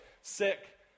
sick